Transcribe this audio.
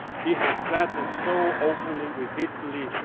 he has said this so openly, repeatedly,